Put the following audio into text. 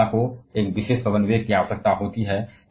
पवन ऊर्जा को एक विशेष पवन वेग की आवश्यकता होती है